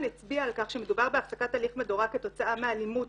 הצביעה על כך שמדובר בהפסקת הליך מדורג כתוצאה מאלימות